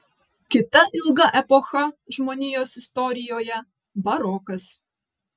kita ilga epocha žmonijos istorijoje barokas